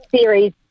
series